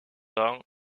ans